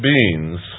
beings